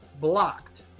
blocked